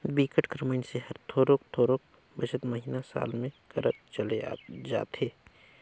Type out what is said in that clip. बिकट कर मइनसे हर थोरोक थोरोक बचत महिना, साल में करत चले जाथे